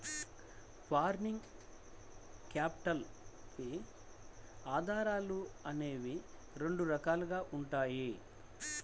working capital కి ఆధారాలు అనేవి రెండు రకాలుగా ఉంటాయి